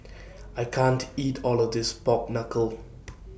I can't eat All of This Pork Knuckle